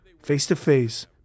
face-to-face